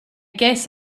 guess